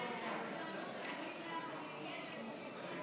אולי תנצל את ההזדמנות להגיד לנו אם יהיה תקציב חד-שנתי.